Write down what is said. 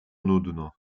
nudno